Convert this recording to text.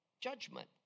judgment